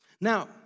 Now